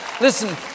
Listen